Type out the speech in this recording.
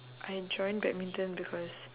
I joined badminton because